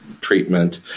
treatment